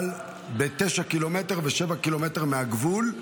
אבל ב-9 ק"מ ו-7 ק"מ מהגבול,